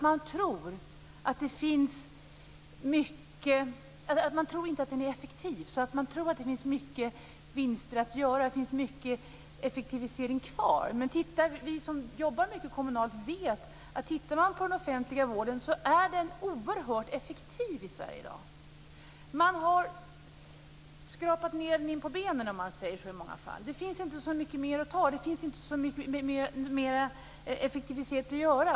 Man tror inte att den är effektiv, så man tror att det finns stora vinster att göra, att det finns mycket effektivisering kvar. Men vi som jobbar mycket kommunalt vet att tittar man närmare på den offentliga vården finner man att den är oerhört effektiv i Sverige i dag. Man har i många fall skrapat den inpå benen, så att säga. Det finns inte så mycket mer att ta. Det finns inte mer effektivisering att göra.